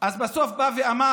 אז בסוף הוא בא ואמר: